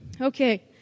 Okay